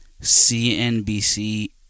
CNBC